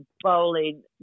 bowling